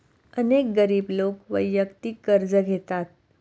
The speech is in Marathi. अनेक गरीब लोक वैयक्तिक कर्ज घेतात